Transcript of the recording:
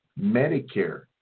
Medicare